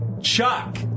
Chuck